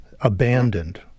abandoned